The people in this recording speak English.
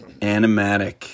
animatic